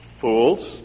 Fools